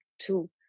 two